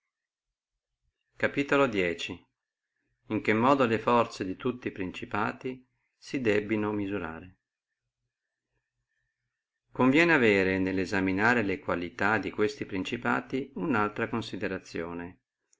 debeant in che modo si debbino misurare le forze di tutti i principati conviene avere nello esaminare le qualità di questi principati unaltra considerazione